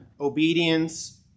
obedience